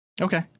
Okay